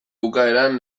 bukaeran